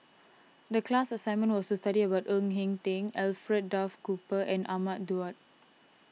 the class assignment was to study about Ng Eng Teng Alfred Duff Cooper and Ahmad Daud